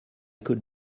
could